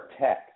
tech